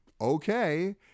okay